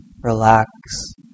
relax